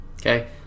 Okay